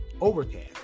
Overcast